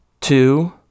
two